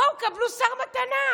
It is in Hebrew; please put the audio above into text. בואו, קבלו שר מתנה,